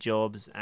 Jobs